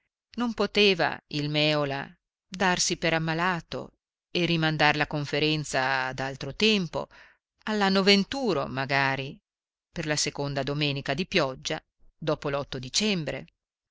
non poteva il mèola darsi per ammalato e rimandar la conferenza ad altro tempo all'anno venturo magari per la seconda domenica di pioggia dopo l'otto dicembre